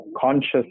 conscious